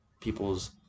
people's